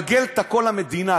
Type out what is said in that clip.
ומגלגל את הכול על המדינה,